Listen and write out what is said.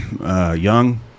Young